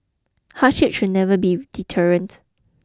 hardship should never be deterrent